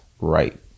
right